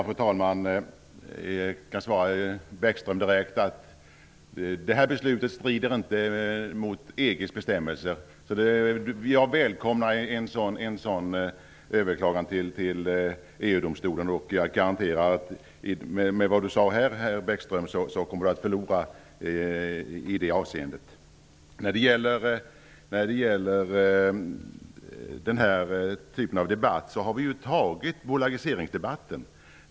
Fru talman! Jag kan svara Lars Bäckström direkt. Det här beslutet strider inte mot EG:s bestämmelser. Jag välkomnar ett överklagande till EU-domstolen. Jag garanterar att herr Bäckström kommer att förlora där. Vi har ju redan haft bolagiseringsdebatten.